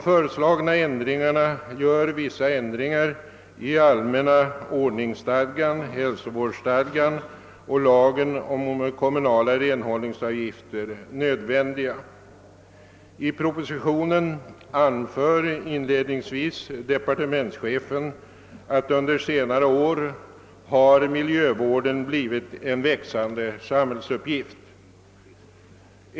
Förslagen nödvändiggör vissa ändringar: i:allmänna ordningsstadgan, hälsovårdsstadgan och lagen om kommunåla renhållningsåvgifter. I propositionen anför depatementschefen inledningsvis att under senare år miljövården har blivit en växande samhällsuppgift.